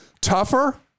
Tougher